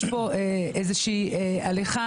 יש כאן איזושהי הליכה